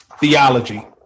theology